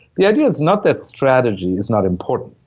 the idea's not that strategy is not important,